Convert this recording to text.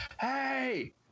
Hey